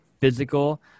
physical